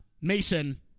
mason